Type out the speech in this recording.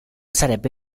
sarebbe